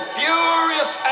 furious